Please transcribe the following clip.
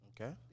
Okay